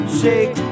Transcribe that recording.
shake